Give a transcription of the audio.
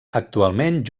actualment